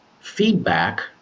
feedback